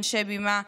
אנשי במה,